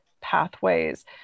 pathways